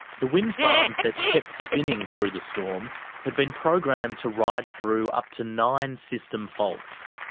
the wind farms that kept spinning through the storm had been programmed to ride through up to nine system faults.